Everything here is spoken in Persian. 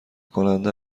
کننده